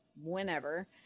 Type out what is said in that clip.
whenever